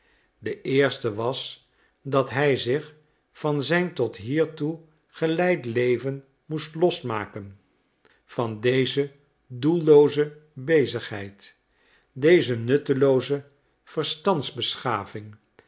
de eerste was dat hij zich van zijn tot hiertoe geleid leven moest losmaken van deze doellooze bezigheid deze nuttelooze